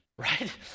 right